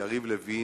יריב לוין,